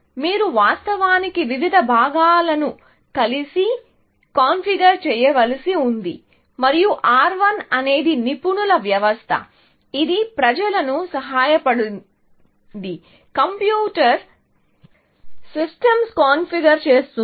మీరు వాస్తవానికి వివిధ భాగాలను కలిసి కాన్ఫిగర్ చేయవలసి ఉంది మరియు R1 అనేది నిపుణుల వ్యవస్థ ఇది ప్రజలకు సహాయపడింది కంప్యూటర్ సిస్టమ్స్ను కాన్ఫిగర్ చేస్తుంది